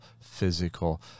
physical